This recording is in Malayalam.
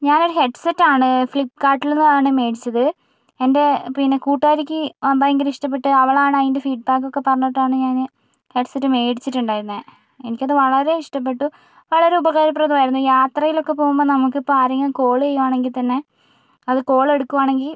ഞാൻ ഒരു ഹെഡ്സെറ്റ് ആണ് ഫ്ലിപ്ക്കാർട്ടിൽ നിന്നുമാണ് മേടിച്ചത് എൻ്റെ പിന്നെ കൂട്ടുകാരിക്ക് ഭയങ്കര ഇഷ്ടപ്പെട്ട് അവളാണ് അതിൻ്റെ ഫീഡ്ബാക്കൊക്കെ പറഞ്ഞിട്ടാണ് ഞാന് ഹെഡ്സെറ്റ് മേടിച്ചിട്ടുണ്ടായിരുന്നേ എനിക്കത് വളരെ ഇഷ്ടപ്പെട്ടു വളരെ ഉപകാരപ്രദമായിരുന്നു യാത്രയിലൊക്കെ പോകുമ്പോ നമുക്കിപ്പോൾ ആരെങ്കിലും കോള് ചെയ്യയാണെങ്കിൽ തന്നെ അത് കോൾ എടുക്കുവാണെങ്കി